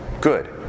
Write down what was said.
Good